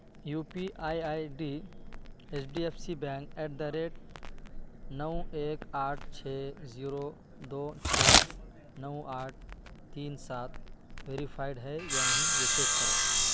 you P I I D H D F C bank at the rate نو ایک آٹھ چھ زیرو دو چھ نو آٹھ تین سات ویریفائیڈ ہے یا نہیں یہ چیک کرو